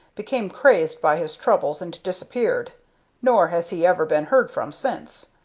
became crazed by his troubles and disappeared nor has he ever been heard from since.